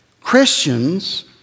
Christians